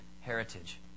heritage